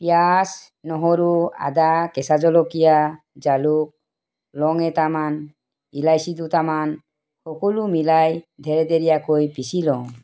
পিঁয়াজ নহৰু আদা কেঁচা জলকীয়া জালুক লং এটামান ইলাচী দুটামান সকলো মিলাই ঢেৰঢেৰীয়াকৈ পিছি লওঁ